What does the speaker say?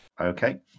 Okay